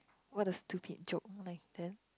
what a stupid joke more like then